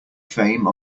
fame